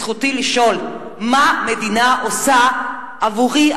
זכותי לשאול מה המדינה עושה עבורי,